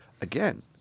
Again